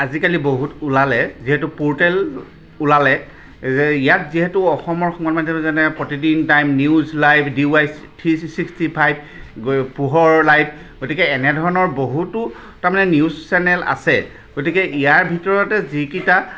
আজিকালি বহুত ওলালে যিহেতু পৰ্টেল ওলালে যে ইয়াত যিহেতু অসমৰ সময়ত মাজে মাজে যেনে প্ৰতিদিন time news live D Y three sixty five গৈ পোহৰ লাইভ গতিকে এনেধৰণৰ বহুতো তাৰমানে নিউজ চেনেল আছে গতিকে ইয়াৰ ভিতৰতে যিকেইটা